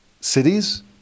cities